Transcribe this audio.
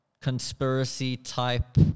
conspiracy-type